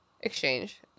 exchange